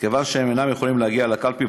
מכיוון שהם אינם יכולים להגיע לקלפי